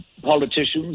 politicians